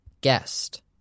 guest